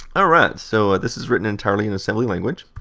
ah right, so this is written entirely in assembly language.